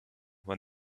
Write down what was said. when